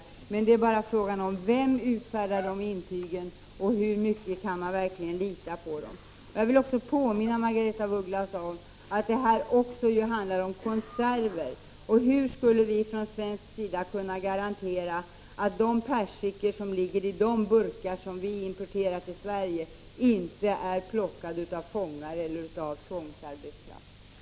Frågan är bara: Vem utfärdar sådana intyg och hur mycket kan man verkligen lita på dem? Jag vill också påminna Margaretha af Ugglas om att det också handlar om konserver. Hur skulle vi från svensk sida kunna få garantier för att persikorna i just de burkar som vi importerar till Sverige inte är plockade av fångar eller — Prot. 1985/86:53 av tvångsarbetskraft?